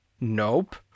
Nope